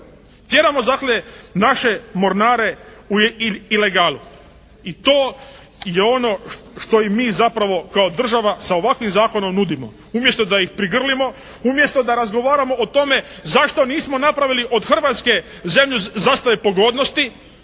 Tjeramo dakle naše mornare u ilegalu. I to je ono što im mi zapravo kao država sa ovakvim zakonom nudimo umjesto da ih prigrlimo, umjesto da razgovaramo o tome zašto nismo napravili od Hrvatske zemlju zastave pogodnosti,